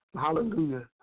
Hallelujah